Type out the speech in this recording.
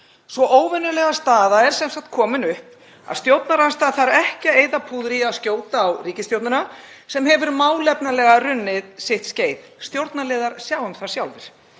Sú óvenjulega staða er sem sagt komin upp að stjórnarandstaðan þarf ekki að eyða púðri í að skjóta á ríkisstjórnina sem hefur málefnalega runnið sitt skeið. Stjórnarliðar sjá um það sjálfir.